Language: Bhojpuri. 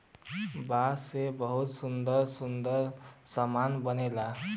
बांस से बहुते सुंदर सुंदर सामान बनला